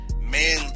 man